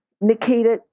Nikita